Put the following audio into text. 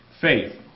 Faith